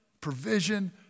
provision